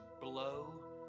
blow